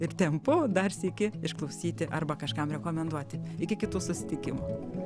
ir tempu dar sykį išklausyti arba kažkam rekomenduoti iki kitų susitikimų